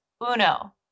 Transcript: uno